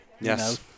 Yes